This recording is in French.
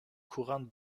couronne